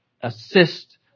assist